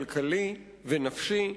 כלכלית ונפשית.